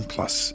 Plus